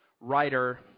writer